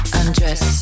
undress